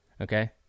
Okay